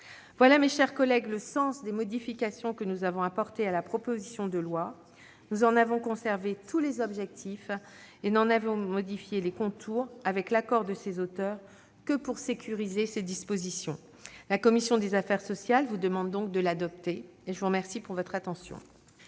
Voilà, mes chers collègues, le sens des modifications que nous avons apportées à la proposition de loi. Nous en avons conservé tous les objectifs et n'en avons modifié les contours, avec l'accord de ses auteurs, que pour sécuriser ses dispositions. La commission des affaires sociales vous demande de l'adopter. La parole est